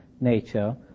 nature